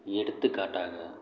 எடுத்துக்காட்டாக